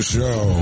Show